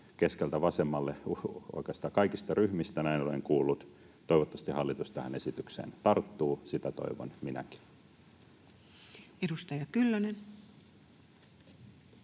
keskeltä vasemmalle, oikeastaan kaikista ryhmistä, näin olen kuullut. Toivottavasti hallitus tähän esitykseen tarttuu. Sitä toivon minäkin. [Speech